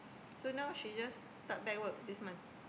so now she just start back work this month